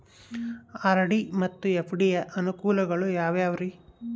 RD ಮತ್ತು FD ಯ ಅನುಕೂಲಗಳು ಯಾವ್ಯಾವುರಿ?